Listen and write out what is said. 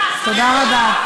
ישראל,